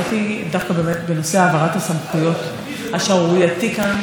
מניעת ניגודי העניינים והניסיון הנוסף והאין-סופי